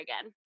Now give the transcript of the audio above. again